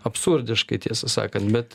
absurdiškai tiesą sakant bet